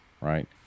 Right